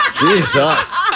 Jesus